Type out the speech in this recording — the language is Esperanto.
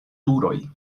turoj